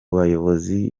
bayobozi